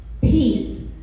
peace